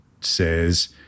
says